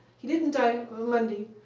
he didn't die monday,